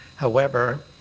however,